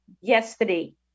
yesterday